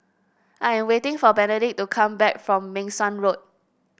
I am waiting for Benedict to come back from Meng Suan Road